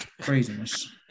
Craziness